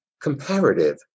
comparative